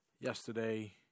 Yesterday